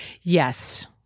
Yes